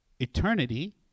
eternity